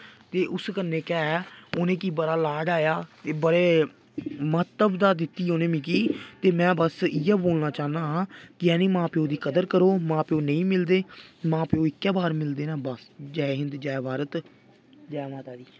ते उस कन्नै गै उ'नें गी बड़ा लाड़ आया एह् बड़े म्हत्ता दित्ती उ'नें मिगी ते मैं बस इ'यै बोलना चाह्ना कि जानी मां प्यो दी कदर करो मां प्यो नेईं मिलदे मां प्यो इक्कै बार मिलदे न बस जै हिन्द जै भारत जै माता दी